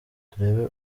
turebe